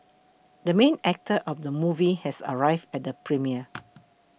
the main actor of the movie has arrived at the premiere